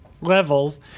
levels